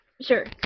sure